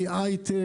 הייטק.